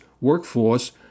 workforce